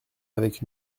avec